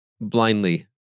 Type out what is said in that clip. blindly